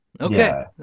okay